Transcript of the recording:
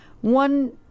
one